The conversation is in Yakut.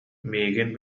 миигин